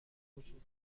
وجود